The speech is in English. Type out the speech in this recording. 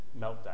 meltdown